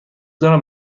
دارم